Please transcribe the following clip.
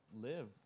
live